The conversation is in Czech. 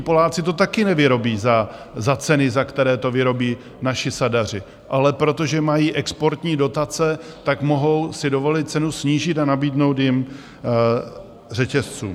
Poláci to také nevyrobí za ceny, za které to vyrobí naši sadaři, ale protože mají exportní dotace, tak mohou si dovolit cenu snížit a nabídnout ji řetězcům.